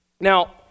Now